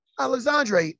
Alexandre